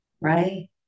Right